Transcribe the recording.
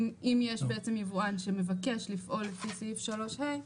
ואם יש יבואן שמבקש לפעול לפי סעיף 3ה,